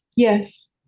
Yes